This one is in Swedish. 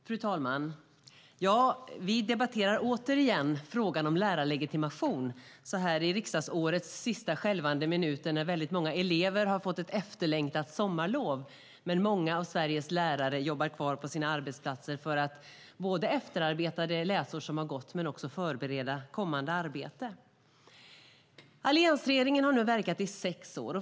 Fru talman! I riksdagsårets sista skälvande minut debatterar vi åter frågan om lärarlegitimation. De flesta elever har gått på efterlängtat sommarlov, men många av Sveriges lärare jobbar kvar på sina arbetsplatser för att både efterarbeta det läsår som gått och förbereda kommande arbete. Alliansregeringen har verkat i sex år.